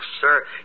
sir